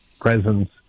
presence